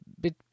bit